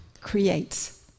creates